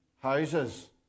houses